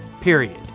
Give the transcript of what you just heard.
period